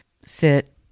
sit